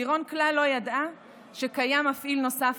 לירון כלל לא ידעה שקיים מפעיל נוסף